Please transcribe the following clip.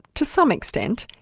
to some extent,